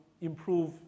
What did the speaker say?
improve